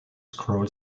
scroll